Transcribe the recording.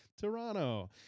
Toronto